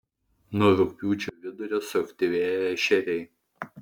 nuo rugpjūčio vidurio suaktyvėja ešeriai